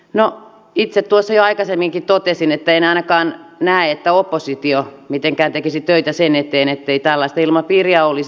no itse tuossa jo aikaisemminkin totesin että en ainakaan näe että oppositio mitenkään tekisi töitä sen eteen ettei tällaista ilmapiiriä olisi